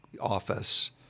Office